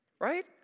right